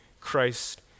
Christ